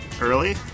early